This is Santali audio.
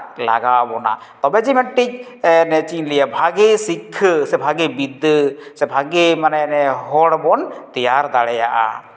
ᱞᱟᱜᱟᱣ ᱵᱚᱱᱟ ᱛᱚᱵᱮ ᱡᱮ ᱢᱤᱫᱴᱤᱱ ᱪᱮᱫ ᱤᱧ ᱞᱟᱹᱭᱟ ᱵᱷᱟᱹᱜᱤ ᱥᱤᱠᱠᱷᱟᱹ ᱥᱮ ᱵᱷᱟᱹᱜᱤ ᱵᱤᱫᱽᱫᱟᱹ ᱥᱮᱵᱷᱟᱜᱮ ᱦᱚᱲᱵᱚᱱ ᱛᱮᱭᱟᱨ ᱫᱟᱲᱮᱭᱟᱜᱼᱟ